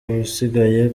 abasigaye